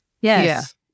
Yes